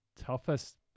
toughest